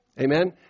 Amen